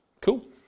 Cool